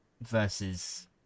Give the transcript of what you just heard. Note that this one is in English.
versus